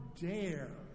dare